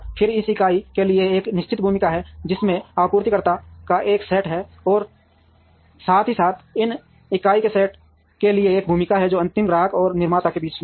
फिर इस इकाई के लिए एक निश्चित भूमिका है जिसमें आपूर्तिकर्ताओं का एक सेट है साथ ही साथ इस इकाई के सेट के लिए एक भूमिका है जो अंतिम ग्राहक और निर्माता के बीच में हैं